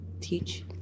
teach